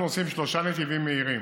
אנחנו עושים שלושה נתיבים מהירים,